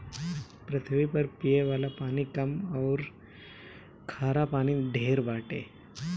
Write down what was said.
पृथ्वी पर पिये वाला पानी कम अउरी खारा पानी ढेर बाटे